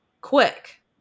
quick